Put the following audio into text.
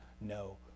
no